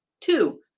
Two